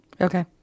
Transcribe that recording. Okay